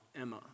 Emma